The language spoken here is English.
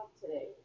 today